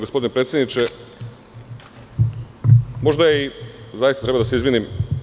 Gospodine predsedniče, možda zaista treba da se izvinim.